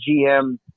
GM